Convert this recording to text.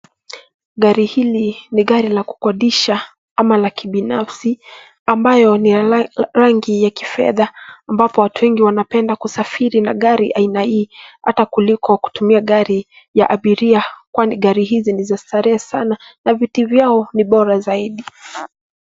Gari hili ni gari la kukodisha ama la kibinafsi ambayo ni ya rangi ya kifedha ambapo watu wengi wanapenda kusafiri na gari aina hii ata kuliko kutumia gari ya abiria kwani gari hizi ni za starehe sana na viti vyao ni bora zaidi.